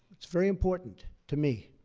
it's very important to me,